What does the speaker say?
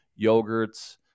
yogurts